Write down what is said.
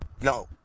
No